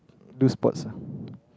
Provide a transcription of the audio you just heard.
do sports ah